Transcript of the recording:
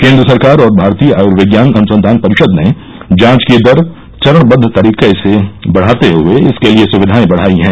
केन्द्र सरकार और भारतीय आयूर्विज्ञान अनुसंघान परिषद ने जांच की दर चरणबद्द तरीके से बढ़ाते हुए इसके लिए सुविधाएं बढाई हैं